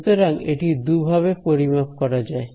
সুতরাং এটি দুভাবে পরিমাপ করা যায়